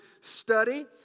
study